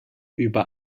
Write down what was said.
über